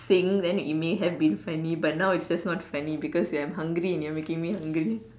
saying then it may have been funny but now it's just not funny because I'm hungry and you're making me hungry